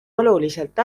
oluliselt